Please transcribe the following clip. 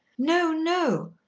no, no.